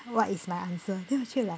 what is my answer then 我就 like